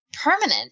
permanent